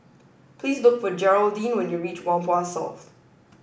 please look for Jeraldine when you reach Whampoa South